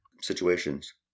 situations